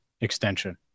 extension